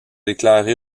déclaré